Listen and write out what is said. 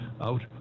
out